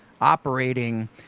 operating